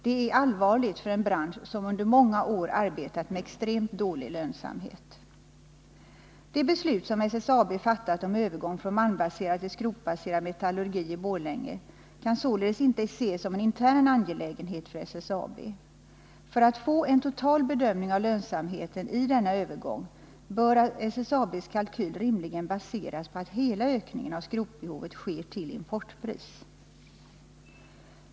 Detta är allvarligt för en bransch som under många år har arbetat med extremt dålig lönsamhet. Det beslut som SSAB har fattat om övergång från malmbaserad till skrotbaserad metallurgi i Borlänge kan således inte ses som en intern angelägenhet för SSAB. För att få en total bedömning av lönsamheten i denna övergång bör SSAB:s kalkyl rimligen baseras på att hela ökningen av skrotbehovet sker till importpris.